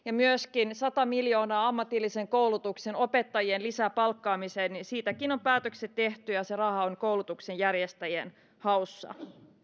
myöskin sadasta miljoonasta ammatillisen koulutuksen opettajien lisää palkkaamiseen on päätökset tehty ja se raha on koulutuksen järjestäjien haussa